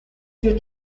two